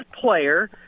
player